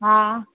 हा